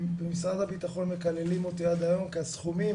במשרד הבטחון מקללים אותי עד היום כי הסכומים